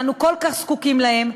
שאנו כל כך זקוקים להם,